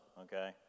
okay